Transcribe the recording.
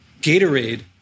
Gatorade